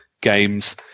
games